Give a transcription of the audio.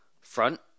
front